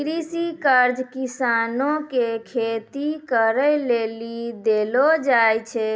कृषि कर्ज किसानो के खेती करे लेली देलो जाय छै